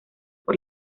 por